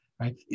right